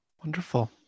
Wonderful